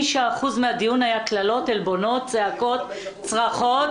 89% מהדיון היה קללות, עלבונות, צעקות, צרחות.